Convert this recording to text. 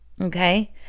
okay